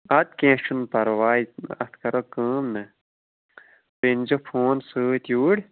اَدٕ کیٚنٛہہ چھُنہٕ پرواے اَتھ کَرَو کٲم نا تُہۍ أنۍزیٚو فون سۭتۍ یوٗرۍ